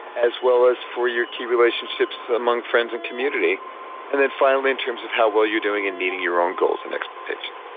as well as for your key relationships among friends and community and then finally in terms of how well you're doing in meeting your own goals and expectations